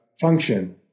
function